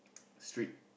street